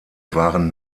waren